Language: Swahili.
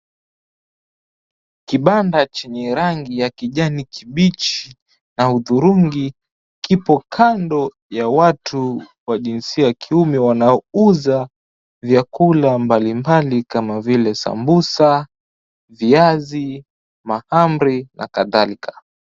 Kibanda chenye rangi ya kijani kibichi na hudhurungi kipo kando ya watu wa jinsia ya kiume wanaouza vyakula mbalimbali kama vile sambusa, viazi, mahamri na kadhalika.